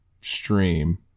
stream